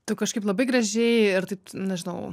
tu kažkaip labai gražiai ir taip nežinau